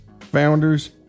Founders